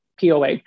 POA